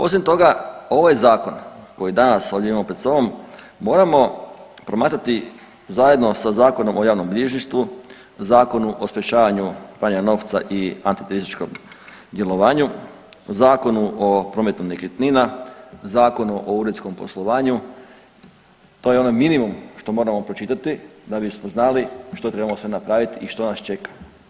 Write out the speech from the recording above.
Osim toga ovaj zakon koji danas ovdje imamo pred sobom moramo promatrati zajedno sa Zakonom o javnom bilježništvu, Zakonu o sprječavanju pranja novca i antiterorističkom djelovanju, Zakonu o prometu nekretnina, Zakonu o uredskom poslovanju, to je onaj minimum što moramo pročitati da bismo znali što trebamo sve napravit i što nas čeka.